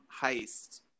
heist